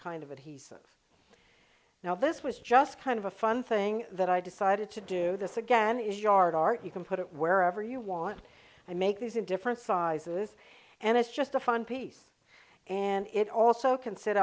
kind of and he said now this was just kind of a fun thing that i decided to do this again is yard art you can put it wherever you want and make these in different sizes and it's just a fun piece and it also consi